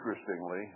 Interestingly